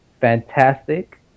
fantastic